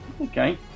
Okay